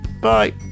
Bye